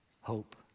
hope